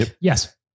Yes